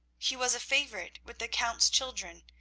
he was a favourite with the count's children,